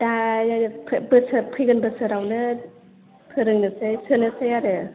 दायो बोसोर फैगोन बोसोरआवनो फोरोंनोसै सोनोसै आरो